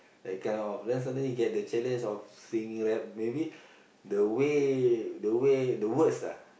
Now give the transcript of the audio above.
that kind of then suddenly he get the challenge of singing rap maybe the way the way the words ah